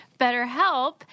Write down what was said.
BetterHelp